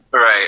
Right